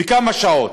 וכמה שעות,